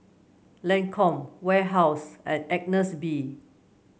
Lancome Warehouse and Agnes B